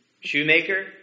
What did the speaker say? Shoemaker